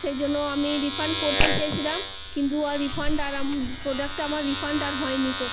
সেই জন্য আমি রিফান্ড করতে চেয়েছিলাম কিন্তু আর রিফা ন্ড আর প্রোডাক্টটা আমার রিফান্ড আর হয় নি কো